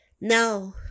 no